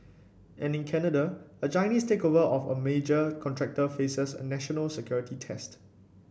and in Canada a Chinese takeover of a major contractor faces a national security test